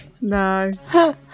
No